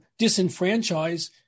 disenfranchise